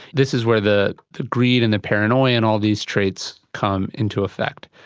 this is where the the greed and the paranoia and all these traits come into effect.